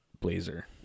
blazer